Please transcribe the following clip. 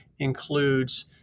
includes